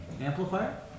amplifier